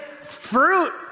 Fruit